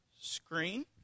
screen